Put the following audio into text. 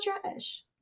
trash